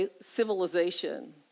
civilization